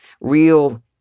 real